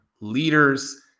leaders